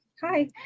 hi